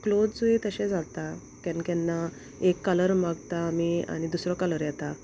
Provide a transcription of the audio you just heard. क्लोसूय तशें जाता केन्ना केन्ना एक कलर मागता आमी आनी दुसरो कलर येता